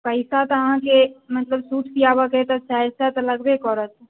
पइसा तऽ अहाँके मतलब सूट सिआबऽके तऽ चारि सओ तऽ लगबे करत